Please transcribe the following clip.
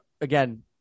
Again